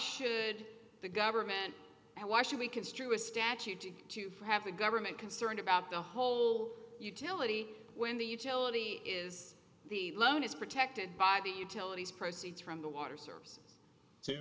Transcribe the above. should the government and why should we construe a statute to have the government concerned about the whole utility when the utility is the loan is protected by the utilities proceeds from the water